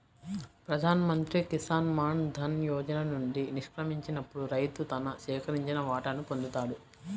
ప్రధాన్ మంత్రి కిసాన్ మాన్ ధన్ యోజన నుండి నిష్క్రమించినప్పుడు రైతు తన సేకరించిన వాటాను పొందుతాడు